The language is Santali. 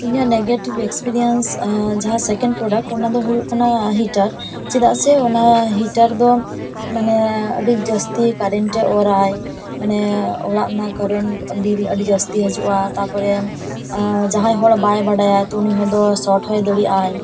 ᱤᱧᱟᱹᱜ ᱱᱮᱜᱮᱴᱤᱵ ᱮᱠᱥᱯᱤᱨᱤᱭᱮᱱᱥ ᱡᱟᱦᱟᱸ ᱥᱮᱠᱮᱱᱰ ᱯᱨᱳᱰᱟᱠᱴ ᱚᱱᱟ ᱫᱚ ᱦᱩᱭᱩᱜ ᱠᱟᱱᱟ ᱦᱤᱴᱟᱨ ᱪᱮᱫᱟᱜ ᱥᱮ ᱚᱱᱟ ᱦᱤᱴᱟᱨ ᱫᱚ ᱢᱟᱱᱮ ᱟᱹᱰᱤ ᱡᱟᱹᱥᱛᱤ ᱠᱟᱨᱮᱱᱴᱮ ᱚᱨᱟᱭ ᱢᱟᱱᱮ ᱚᱲᱟᱜ ᱨᱮᱱᱟᱜ ᱠᱟᱨᱮᱱᱴ ᱵᱤᱞ ᱟᱹᱰᱤ ᱡᱟᱹᱛᱤ ᱦᱤᱡᱩᱜᱼᱟ ᱛᱟᱯᱚᱨᱮ ᱡᱟᱦᱟᱸᱭ ᱦᱚᱲ ᱵᱟᱭ ᱵᱟᱰᱟᱭᱟ ᱛᱚ ᱩᱱᱤ ᱦᱚᱲ ᱫᱚ ᱥᱚᱠ ᱦᱚᱸᱭ ᱫᱟᱲᱮᱭᱟᱜᱼᱟᱭ